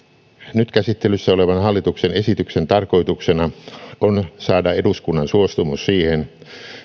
nyt käsittelyssä olevan hallituksen esityksen tarkoituksena on saada eduskunnan suostumus siihen